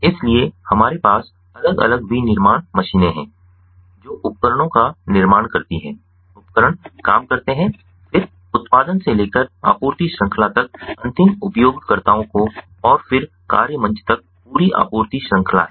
इसलिए हमारे पास अलग अलग विनिर्माण मशीनें हैं जो उपकरणों का निर्माण करती हैं उपकरण काम करते हैं फिर उत्पादन से लेकर आपूर्ति श्रृंखला तक अंतिम उपयोगकर्ताओं को और फिर कार्य मंच तक पूरी आपूर्ति श्रृंखला हैं